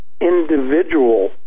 individual